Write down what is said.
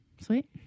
Sweet